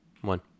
one